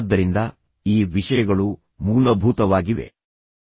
ಆದ್ದರಿಂದ ಈ ವಿಷಯಗಳು ಮೂಲಭೂತವಾಗಿವೆ ಆದರೆ ಮತ್ತೆ ನಾನು ಮತ್ತೆ ಒತ್ತು ನೀಡುತ್ತಿದ್ದೇನೆ